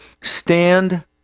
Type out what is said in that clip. Stand